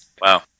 Wow